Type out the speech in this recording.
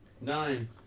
Nine